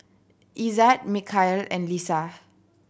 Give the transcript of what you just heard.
Izzat Mikhail and Lisa